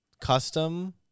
custom